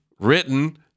written